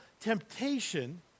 temptation